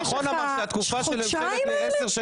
משרד הביטחון אמר שהתקופה של עשר שנים